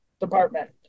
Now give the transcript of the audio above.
department